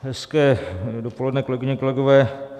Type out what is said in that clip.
Hezké dopoledne, kolegyně, kolegové.